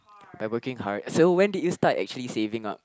by working hard so when did you start actually saving up